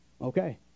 okay